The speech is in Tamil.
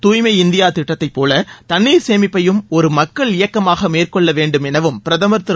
தூய்மை இந்தியா திட்டத்தைப் போல தண்ணீர் சேமிப்பையும் ஒரு மக்கள் இயக்கமாக மேற்கொள்ள வேண்டும் எனவும் பிரதமர் திரு